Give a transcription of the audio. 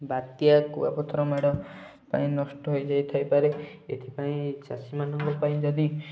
ବାତ୍ୟା କୁଆପଥର ମାଡ଼ ପାଇଁ ନଷ୍ଟ ହେଇ ଯାଇଥାଇପାରେ ଏଥିପାଇଁ ଚାଷୀ ମାନଙ୍କ ପାଇଁ ଯଦି